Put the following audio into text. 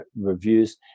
reviews